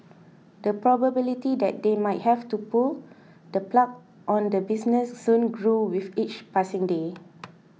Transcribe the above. the probability that they might have have to pull the plug on the business soon grew with each passing day